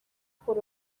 por